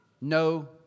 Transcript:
No